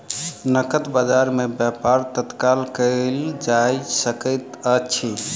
नकद बजार में व्यापार तत्काल कएल जा सकैत अछि